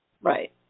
Right